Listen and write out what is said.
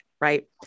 right